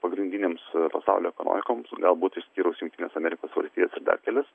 pagrindinėms pasaulio ekonomikoms galbūt išskyrus jungtines amerikos valstijas ir dar kelis